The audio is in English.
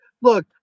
look